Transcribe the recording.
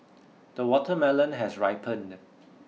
the watermelon has ripened